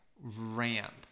ramp